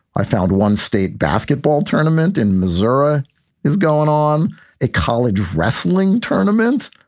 i found one state basketball tournament in missoura is going on a college wrestling tournament.